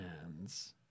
hands